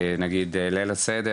נגיד ליל הסדר,